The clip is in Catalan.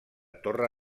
torre